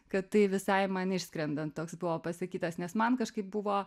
kad tai visai man išskrendant toks buvo pasakytas nes man kažkaip buvo